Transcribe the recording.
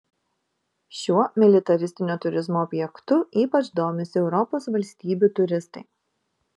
šiuo militaristinio turizmo objektu ypač domisi europos valstybių turistai